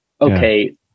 okay